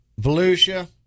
Volusia